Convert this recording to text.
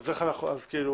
זה כתוב.